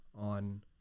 on